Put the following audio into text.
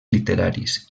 literaris